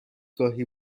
گاهی